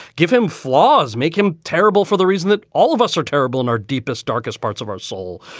give him flaws, make him terrible for the reason that all of us are terrible in our deepest, darkest parts of our soul.